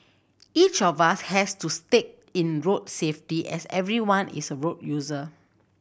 each of us has to stake in road safety as everyone is a road user